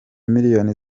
miliyoni